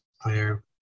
player